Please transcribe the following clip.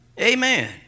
Amen